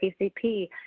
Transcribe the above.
PCP